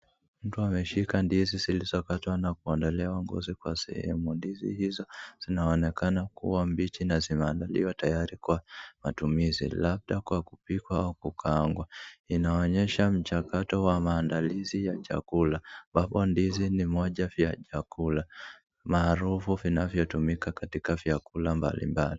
Mtu ameshika ndizi zilizokatwa na kuondolewa ngozi kwa sehemu. Ndizi hizo zinaonekana kuwa mbichi na zimeandaliwa tayari kwa matumizi, labda kwa kupikwa au kukaangwa. Inaonyesha mchakato wa maandalizi ya chakula ambapo ndizi ni moja vya chakula maarufu vinavyotumika katika vyakula mbalimbali.